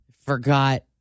forgot